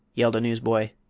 yelled a newsboy.